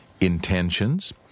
intentions